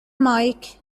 مايك